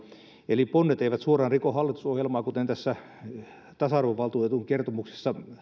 eli ponnet eivät suoraan riko hallitusohjelmaa kuten tässä yhdenvertaisuusvaltuutetun kertomuksessa